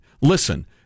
listen